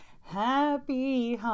happy